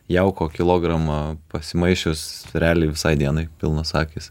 jauko kilogramą pasimaišius realiai visai dienai pilnos akys